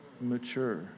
mature